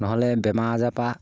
নহ'লে বেমাৰ আজাৰৰপৰা